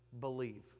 Believe